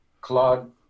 Claude